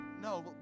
no